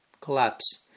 collapse